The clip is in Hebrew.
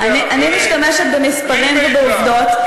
אני משתמשת במספרים ובעובדות,